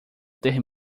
ter